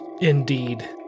Indeed